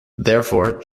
therefore